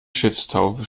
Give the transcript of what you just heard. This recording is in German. schiffstaufe